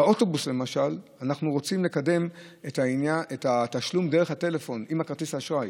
באוטובוס למשל אנחנו רוצים לקדם את התשלום דרך הטלפון עם כרטיס האשראי